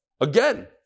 Again